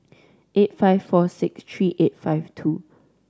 eight five four six three eight five two